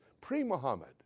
pre-Muhammad